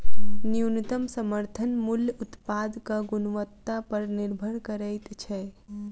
न्यूनतम समर्थन मूल्य उत्पादक गुणवत्ता पर निभर करैत छै